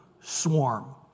swarm